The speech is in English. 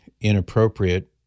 inappropriate